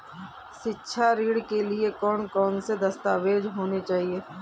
शिक्षा ऋण के लिए कौन कौन से दस्तावेज होने चाहिए?